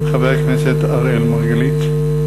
חבר הכנסת אראל מרגלית.